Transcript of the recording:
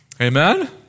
Amen